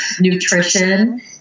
nutrition